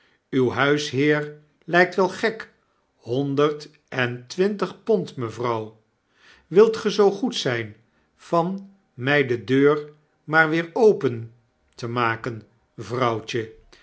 uw huisheer lykt wel gek honderd en twintig pond mevrouw wilt ge zoo goed zfln van mij de deur maar weer open te maken